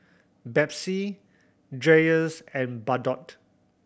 Betsy Dreyers and Bardot